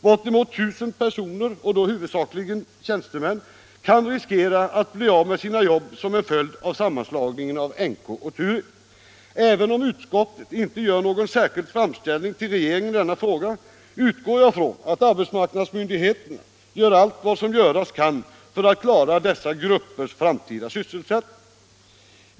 Bortemot 1 000 personer, huvudsakligen tjänstemän, kan riskera att bli av med sina jobb, som en följd av sammanslagningen mellan NK/Turitz och Åhléns. Även om utskottet inte föreslår särskild framställning till regeringen i denna fråga, utgår jag från att arbetsmarknadsmyndigheterna gör allt vad som göras kan för att klara dessa gruppers framtida sysselsättning.